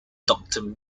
doctor